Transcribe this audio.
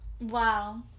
Wow